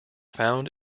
found